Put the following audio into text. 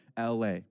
LA